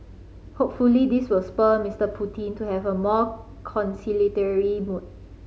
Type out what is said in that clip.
hopefully this will spur Mister Putin to have a more conciliatory mood